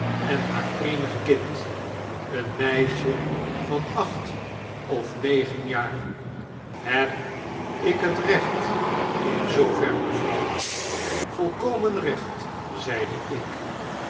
en haar eenig kind een meisje van acht of negenjaar heb ik het recht in zoover mevrouw w volkomen recht zeide ik